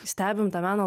stebim tą meno